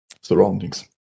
surroundings